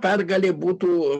pergalė būtų